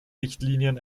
richtlinien